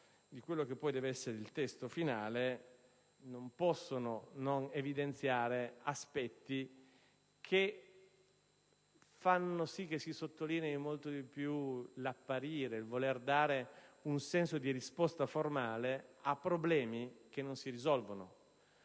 di quello che deve essere il testo finale non possono non evidenziare aspetti che fanno sì che si sottolinei molto di più l'apparire, il voler dare un senso di risposta formale a problemi che non si risolvono,